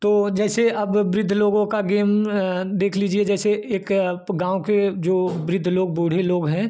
तो जैसे अब वृद्ध लोगों को गेम देख लीजिए जैसे एक गाँव के जो वृद्ध लोग बूढ़े लोग हैं